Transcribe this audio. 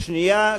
שנייה,